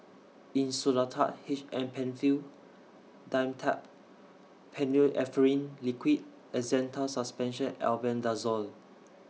Insulatard H M PenFill Dimetapp Phenylephrine Liquid and Zental Suspension Albendazole